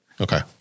Okay